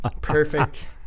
perfect